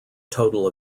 total